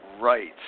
Right